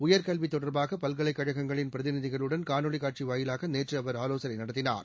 உயர்கல்வி தொடர்பாக பல்கலைக்கழகங்களின் பிரதிநிதிகளுடன் கானொலி காட்சி வாயிலாக நேற்று அவர் ஆலோசனை நடத்தினார்